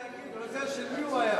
עוזר של מי הוא היה?